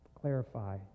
Clarify